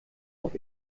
auf